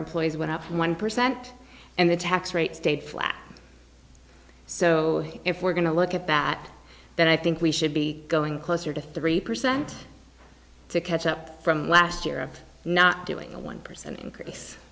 employees went up one percent and the tax rate stayed flat so if we're going to look at that that i think we should be going closer to three percent to catch up from last year after not doing a one percent increase